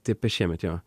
tai apie šiemet jo